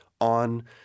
on